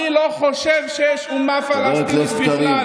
"אני לא חושב שיש אומה פלסטינית בכלל." חבר הכנסת קריב,